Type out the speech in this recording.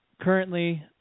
currently